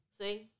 See